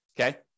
okay